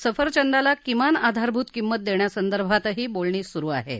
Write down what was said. सफरचंदाला किमान धारभूत किंमत देण्यासंदर्भातही बोलणं सुरु हेत